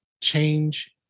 change